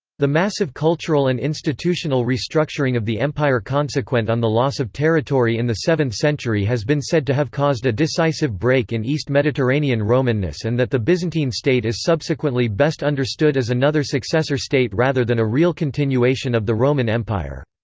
the massive cultural and institutional restructuring of the empire consequent on the loss of territory in the seventh century has been said to have caused a decisive break in east mediterranean romanness and that the byzantine state is subsequently best understood as another successor state rather than a real continuation of the roman empire.